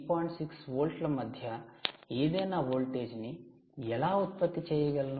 6 వోల్ట్ల మధ్య ఏదైనా వోల్టేజ్ను ఎలా ఉత్పత్తి చేయగలను